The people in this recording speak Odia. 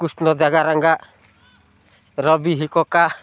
କୃଷ୍ଣ ଜାଗାରଙ୍ଗା ରବି ହି କୋକା